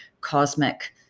cosmic